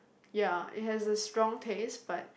ya it has a strong taste but